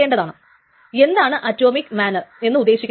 അപ്പോൾ ലോക്കിന്റെ പ്രോട്ടോകോൾ ആണ് ഇവിടെ ഉപയോഗിക്കുന്നത്